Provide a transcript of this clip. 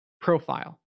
profile